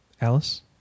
Alice